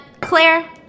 Claire